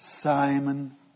Simon